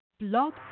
Blog